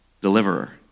deliverer